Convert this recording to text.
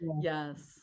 yes